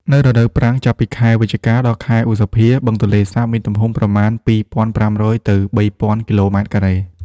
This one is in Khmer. នៅរដូវប្រាំង ចាប់ពីខែវិច្ឆិកា ដល់ខែឧសភា បឹងទន្លេសាបមានទំហំប្រមាណ ២.៥០០ ទៅ ៣.០០០ គីឡូម៉ែត្រការ៉េ។